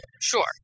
Sure